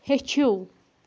ہیٚچھِو